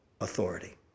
authority